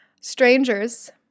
Strangers